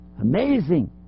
Amazing